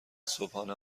صبحانه